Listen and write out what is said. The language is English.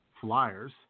Flyers